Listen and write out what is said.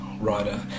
writer